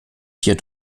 hier